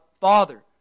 father